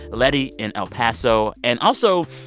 lety in el paso. and also,